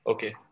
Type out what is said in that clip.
Okay